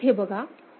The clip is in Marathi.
आता इथे बघा